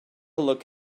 look